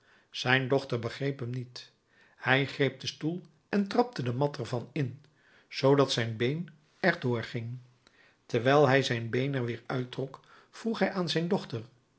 zijn dochter begreep hem niet hij greep den stoel en trapte de mat ervan in zoodat zijn been er doorging terwijl hij zijn been er weer uittrok vroeg hij aan zijn dochter